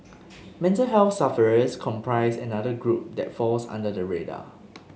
mental health sufferers comprise another group that falls under the radar